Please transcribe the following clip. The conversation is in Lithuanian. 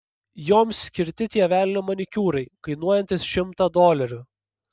joms skirti tie velnio manikiūrai kainuojantys šimtą dolerių